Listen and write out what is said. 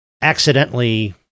accidentally